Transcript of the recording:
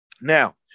Now